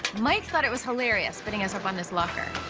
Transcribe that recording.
mike thought it was hilarious, bidding us up on this locker.